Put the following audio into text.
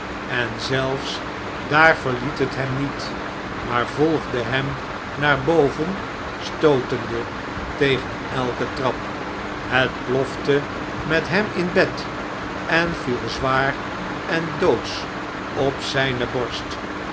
en zelfs daar verliet het hem niet maar volgde hem naar boven stootende tegen elken trap hetploftemethem in bed en viel zwaar en doodsch op zijne borst